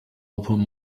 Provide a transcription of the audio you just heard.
open